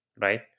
right